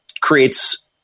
creates